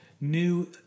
new